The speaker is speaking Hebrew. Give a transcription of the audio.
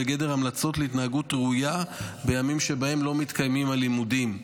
והן בגדר המלצות להתנהגות ראויה בימים שבהם לא מתקיימים הלימודים.